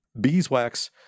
Beeswax